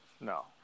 no